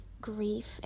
grief